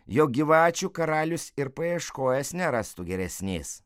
jog gyvačių karalius ir paieškojęs nerastų geresnės